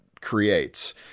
creates